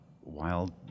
wild